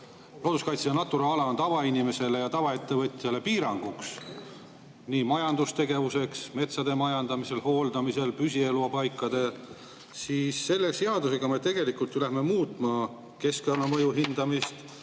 looduskaitse ja Natura ala on tavainimesele ja tavaettevõtjale piiranguks majandustegevuse, metsade majandamise, hooldamise, püsielupaikade puhul, siis selle seadusega me tegelikult ju läheme muutma keskkonnamõju hindamist,